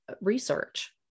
research